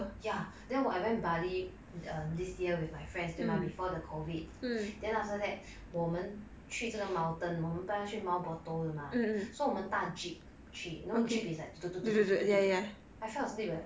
ya then when I went bali um this year with my friends 对吗 before the COVID then after that 我们去这个 mountain 我们要去 mount botol 的 mah so 我们搭 jeep 去 you know jeep is like do do do do do do do I fell asleep eh